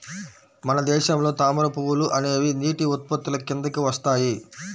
మన దేశంలో తామర పువ్వులు అనేవి నీటి ఉత్పత్తుల కిందికి వస్తాయి